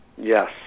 Yes